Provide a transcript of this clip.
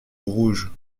rouge